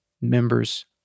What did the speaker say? members